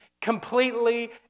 completely